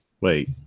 Wait